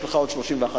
יש לך עוד 31 שניות.